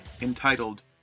entitled